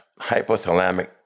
hypothalamic